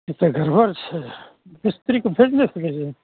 ई तऽ गड़बड़ छै मिस्त्रीके भेज नहि सकय छियै